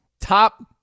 top